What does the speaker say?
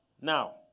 Now